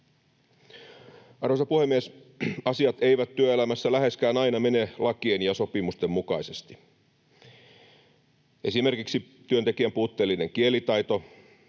Arvoisa puhemies! Asiat eivät työelämässä läheskään aina mene lakien ja sopimusten mukaisesti. Esimerkiksi työntekijän puutteellinen kielitaito